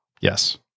Yes